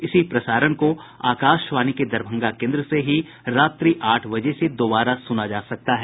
इसी प्रसारण को आकाशवाणी के दरभंगा केन्द्र से ही रात्रि आठ बजे से दोबारा सुना जा सकता है